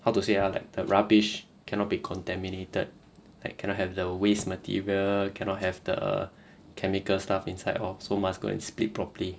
how to say ah like the rubbish cannot be contaminated like cannot have the waste material cannot have the chemical stuff inside lor so must go and split properly